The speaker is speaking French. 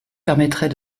permettrait